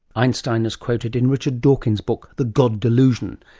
einstein as quoted in richard dawkins' book the god delusion.